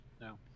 No